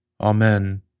Amen